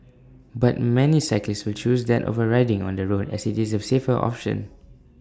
but many cyclists still choose that over riding on the road as IT is the safer option